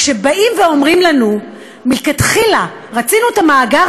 כשאומרים לנו: מלכתחילה רצינו את המאגר